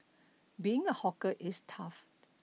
being a hawker is tough